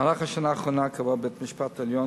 במהלך השנה האחרונה קבע בית-המשפט העליון